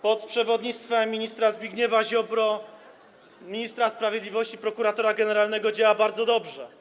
pod przewodnictwem ministra Zbigniewa Ziobry, ministra sprawiedliwości - prokuratora generalnego, działa bardzo dobrze.